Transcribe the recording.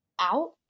out